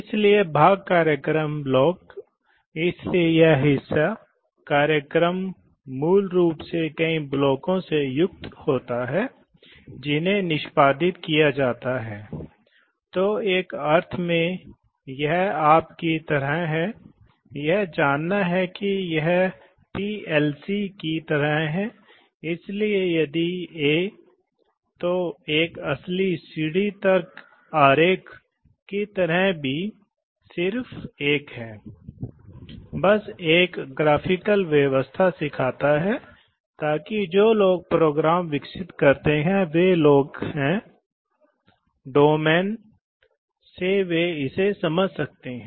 इसलिए कुछ विशिष्ट मामलों में इसकी आवश्यकता होती है विशेष रूप से जहां आपको बिजली के उपकरणों से विस्फोट का बड़ा डर होता है जैसे हम कहते हैं कि उन्होंने कहा कि यह एक प्राकृतिक गैस प्लांट है वे बिजली उपकरणों का उपयोग कर रहे हैं क्योंकि बहुत सावधानी के साथ किया जाना चाहिए एक सिंगल स्पार्क एक बड़े आग के खतरे के विस्फोट का कारण बनता है इसी तरह कुछ मामलों में निश्चित रूप से बहुत गर्म वातावरण हैं जहां आप जानते हैं कि किसी भी तरह के विद्युत इन्सुलेशन को बनाए रखना एक समस्या है